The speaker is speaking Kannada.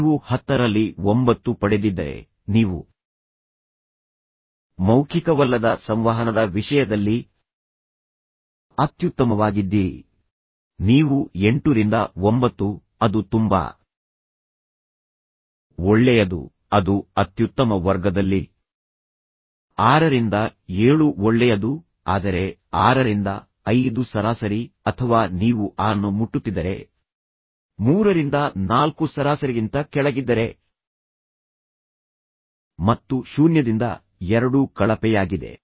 ನೀವು ಹತ್ತರಲ್ಲಿ ಒಂಬತ್ತು ಪಡೆದಿದ್ದರೆ ನೀವು ಮೌಖಿಕವಲ್ಲದ ಸಂವಹನದ ವಿಷಯದಲ್ಲಿ ಅತ್ಯುತ್ತಮವಾಗಿದ್ದೀರಿ ನೀವು ಎಂಟು ರಿಂದ ಒಂಬತ್ತು ಅದು ತುಂಬಾ ಒಳ್ಳೆಯದು ಅದು ಅತ್ಯುತ್ತಮ ವರ್ಗದಲ್ಲಿ ಆರರಿಂದ ಏಳು ಒಳ್ಳೆಯದು ಆದರೆ ಆರರಿಂದ ಐದು ಸರಾಸರಿ ಅಥವಾ ನೀವು ಆರನ್ನು ಮುಟ್ಟುತ್ತಿದ್ದರೆ ಮೂರರಿಂದ ನಾಲ್ಕು ಸರಾಸರಿಗಿಂತ ಕೆಳಗಿದ್ದರೆ ಮತ್ತು ಶೂನ್ಯದಿಂದ ಎರಡು ಕಳಪೆಯಾಗಿದೆ